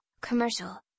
commercial